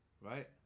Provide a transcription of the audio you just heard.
Right